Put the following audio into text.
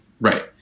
right